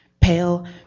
pale